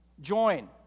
Join